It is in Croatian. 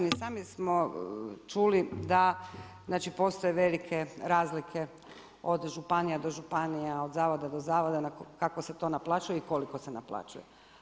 sami smo čuli da, znači postoje velike razlike od županija do županija, od zavoda do zavoda kako se to naplaćuje i koliko se naplaćuje.